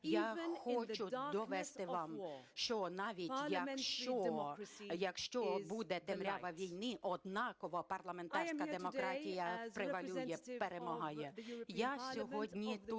Я хочу довести вам, що навіть якщо буде темрява війни, однаково парламентська демократія превалює, перемагає. Я сьогодні тут